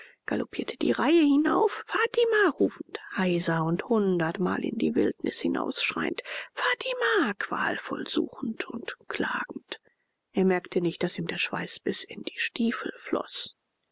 galoppierte die reihe hinauf fatima rufend heiser und hundertmal in die wildnis hinausschreiend fatima qualvoll suchend und klagend er merkte nicht daß ihm der schweiß bis in die stiefel floß